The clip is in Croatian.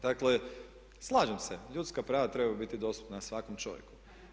Dakle, slažem se ljudska prava trebaju biti dostupna svakom čovjeku.